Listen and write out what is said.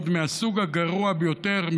עוד מהסוג הגרוע ביותר,